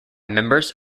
members